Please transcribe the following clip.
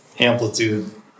amplitude